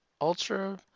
ultra